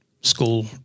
school